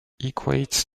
equates